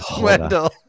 Wendell